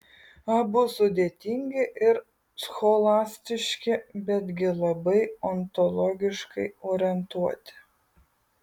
abu sudėtingi ir scholastiški betgi labai ontologiškai orientuoti